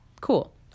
cool